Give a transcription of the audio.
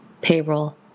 payroll